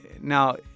Now